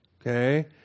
okay